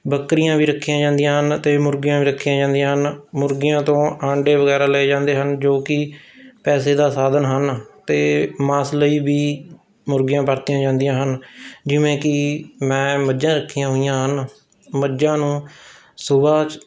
ਬੱਕਰੀਆਂ ਵੀ ਰੱਖੀਆਂ ਜਾਂਦੀਆਂ ਹਨ ਅਤੇ ਮੁਰਗੀਆਂ ਵੀ ਰੱਖੀਆਂ ਜਾਂਦੀਆਂ ਹਨ ਮੁਰਗੀਆਂ ਤੋਂ ਆਂਡੇ ਵਗੈਰਾ ਲਏ ਜਾਂਦੇ ਹਨ ਜੋ ਕਿ ਪੈਸੇ ਦਾ ਸਾਧਨ ਹਨ ਅਤੇ ਮਾਸ ਲਈ ਵੀ ਮੁਰਗੀਆਂ ਵਰਤੀਆਂ ਜਾਂਦੀਆਂ ਹਨ ਜਿਵੇਂ ਕਿ ਮੈਂ ਮੱਝਾਂ ਰੱਖੀਆਂ ਹੋਈਆਂ ਹਨ ਮੱਝਾਂ ਨੂੰ ਸੁਬਾਹ